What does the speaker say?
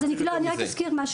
בסדר.